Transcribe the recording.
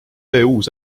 uus